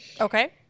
Okay